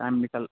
time निकाल्